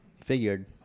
figured